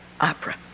opera